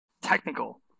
technical